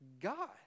god